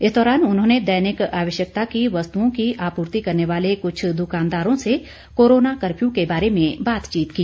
इस दौरान उन्होंने दैनिक आवश्यकता की वस्तुओं की आपूर्ति करने वाले कुछ दुकानदारों से कोरोना कर्फ्यू के बारे में बातचीत की